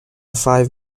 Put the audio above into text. five